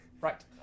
Right